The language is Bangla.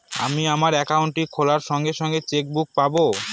আমি আমার একাউন্টটি খোলার সঙ্গে সঙ্গে চেক বুক পাবো?